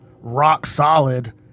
rock-solid